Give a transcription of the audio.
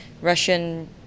Russian